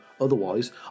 otherwise